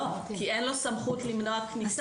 לא, כי אין לו סמכות למנוע כניסה.